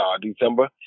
December